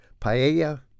Paella